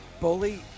Bully